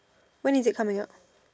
when is it coming out